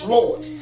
Lord